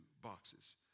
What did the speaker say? boxes